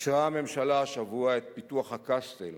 אישרה הממשלה השבוע את פיתוח הקסטל